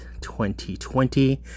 2020